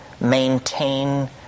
maintain